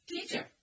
teacher